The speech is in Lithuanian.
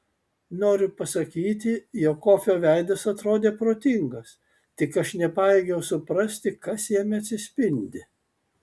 noriu pasakyti jog kofio veidas atrodė protingas tik aš nepajėgiau suprasti kas jame atsispindi